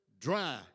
dry